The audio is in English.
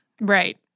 Right